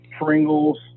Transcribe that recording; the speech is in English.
Pringles